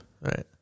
Right